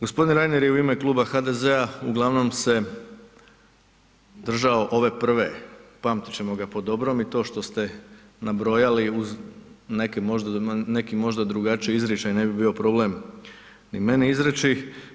Gospodin Reiner je u ime Kluba HDZ-a uglavnom se držao ove prve, pamtit ćemo ga po dobrom, i to što ste nabrojali uz neki možda drugačiji izričaj ne bi bio problem ni meni izreći.